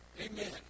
Amen